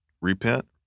repent